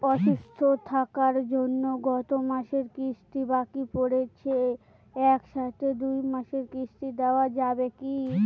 অসুস্থ থাকার জন্য গত মাসের কিস্তি বাকি পরেছে এক সাথে দুই মাসের কিস্তি দেওয়া যাবে কি?